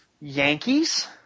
Yankees